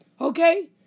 okay